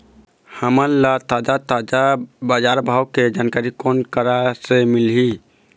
हमन ला ताजा ताजा बजार भाव के जानकारी कोन करा से मिलही?